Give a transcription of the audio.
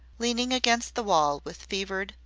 leaning against the wall with fevered,